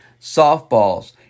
softballs